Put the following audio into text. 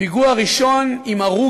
פיגוע ראשון עם הרוג,